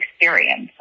experience